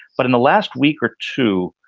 but in the last week or two,